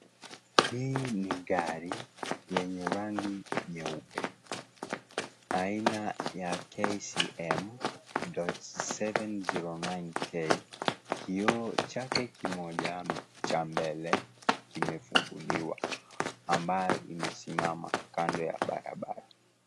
Hii ni gari yenye rangi nyeupe. Aina ya KCM. 709K. Kioo chake kimoja cha mbele kimefunguliwa, ambayo imesimama kando ya barabara.